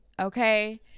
Okay